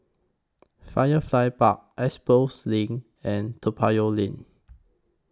Firefly Park Expo LINK and Toa Payoh Lane